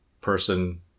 person